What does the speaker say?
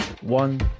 one